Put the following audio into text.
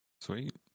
Sweet